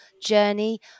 journey